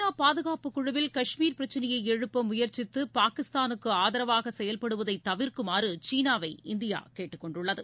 நா பாதுகாப்பு குழுவில் கஷ்மீர் பிரச்சனையை எழுப்ப முயற்சித்து பாகிஸ்தானுக்கு ஆதரவாக செயல்படுவதை தவிர்க்குமாறு சீனாவை இந்தியா கேட்டுக்கொண்டுள்ளது